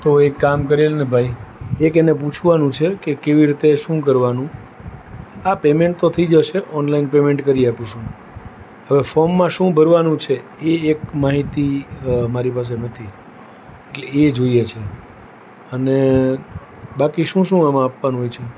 તો એક કામ કરી આપને ભાઈ એક એને પૂછવાનું છે કે કેવી રીતે શું કરવાનું આ પેમેન્ટ તો થઈ જશે ઓનલાઈન પેમેન્ટ કરી આપીશ હું હવે ફોમમાં શું ભરવાનું છે એ એક માહિતી મારી પાસે નથી એટલે એ જોઈએ છે અને બાકી શું શું આમાં આપવાનું હોય છે